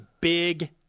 big